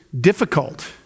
difficult